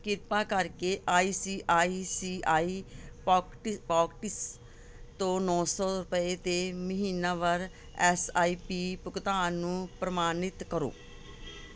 ਕਿਰਪਾ ਕਰਕੇ ICICI pocket pockets ਤੋਂ ਨੋ ਸੋ ਰੁਪਏ ਦੇ ਮਹੀਨਾਵਾਰ ਐਸ ਆਈ ਪੀ ਭੁਗਤਾਨ ਨੂੰ ਪ੍ਰਮਾਣਿਤ ਕਰੋ